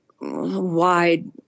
wide